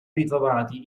ritrovati